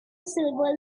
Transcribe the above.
silver